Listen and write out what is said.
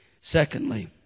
Secondly